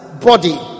body